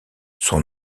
son